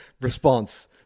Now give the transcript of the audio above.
response